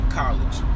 college